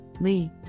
Lee